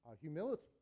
humility